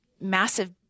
massive